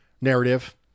narrative